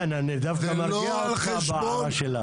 כן, אני דווקא מרגיע אותך בהערה שלה.